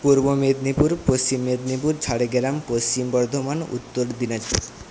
পূর্ব মেদিনীপুর পশ্চিম মেদিনীপুর ঝাড়গ্রাম পশ্চিম বর্ধমান উত্তর দিনাজপুর